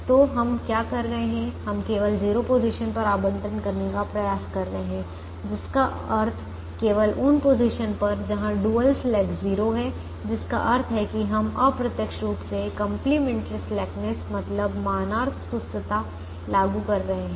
तो हम क्या कर रहे हैं हम केवल 0 पोजीशन पर आवंटन करने का प्रयास कर रहे हैं जिसका अर्थ केवल उन पोजीशन पर जहां डुअल स्लैक 0 है जिसका अर्थ है कि हम अप्रत्यक्ष रूप से कंप्लीमेंट्री स्लेकनेस मतलब मानार्थ सुस्तता लागू कर रहे हैं